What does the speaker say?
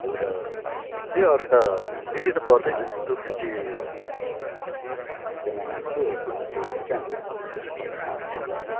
अन्त त्यही अरू त बेसी त पर्दैन टू फिफ्टी एकजना नानीको टू फिफ्टी गरेर चाहिँ हामीले कन्ट्रिब्युट उठाउँदैछौँ